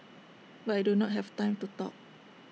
but I do not have time to talk